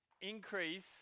increase